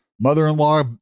Mother-in-law